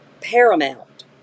paramount